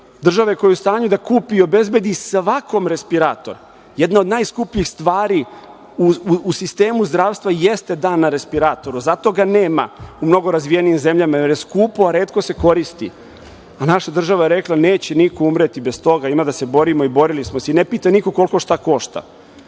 koja je u stanju da kupi i obezbedi svakom respirator. Jedna od najskupljih stvari u sistemu zdravstva jeste dan na respiratoru i zato ga nema u mnogo razvijenijim zemljama, jer je skupo, a retko se koristi, a naša država je rekla - neće niko umreti bez toga, ima da se borimo i borili smo se i ne pita niko koliko šta košta. Da